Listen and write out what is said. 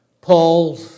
Paul